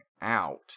out